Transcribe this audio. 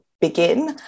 begin